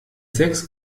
sechs